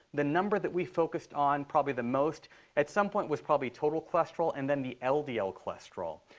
the number that we focused on probably the most at some point was probably total cholesterol and then the ldl ldl cholesterol.